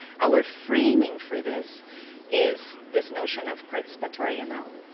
our framing for this is this notion of participatory ml.